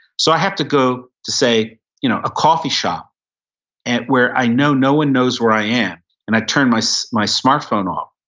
so i have to go to say you know a coffee shop where i know no one knows where i am. and i turn my so my smart phone off.